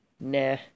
nah